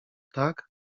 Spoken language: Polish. tak